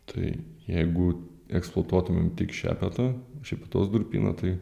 tai jeigu eksploatuotumėm tik šepetą šepetos durpyną tai